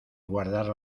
guardar